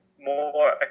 more